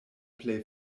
plej